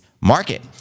market